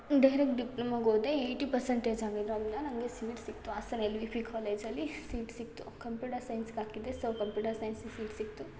direct ಡಿಪ್ಲೊಮೊಗೋದೆ eighty percentage ಆಗಿರೋದರಿಂದ ನನಗೆ ಸೀಟ್ ಸಿಕ್ಕಿತು ಹಾಸನ್ ಎಲ್ ವಿ ಪಿ ಕಾಲೇಜಲ್ಲಿ ಸೀಟ್ ಸಿಕ್ಕಿತು ಕಂಪ್ಯೂಟರ್ ಸೈನ್ಸ್ಗೆ ಹಾಕಿದ್ದೆ ಸೊ ಕಂಪ್ಯೂಟರ್ ಸೈನ್ಸಿಗೆ ಸೀಟ್ ಸಿಕ್ಕಿತು